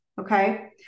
Okay